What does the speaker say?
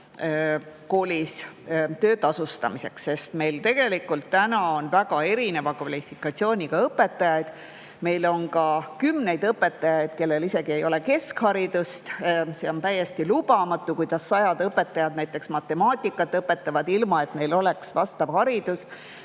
töö tasustamiseks, sest meil on tegelikult väga erineva kvalifikatsiooniga õpetajaid. Meil on ka kümneid õpetajaid, kellel isegi ei ole keskharidust. See on täiesti lubamatu, kuidas sajad õpetajad näiteks matemaatikat õpetavad, ilma et neil oleks vastav haridus.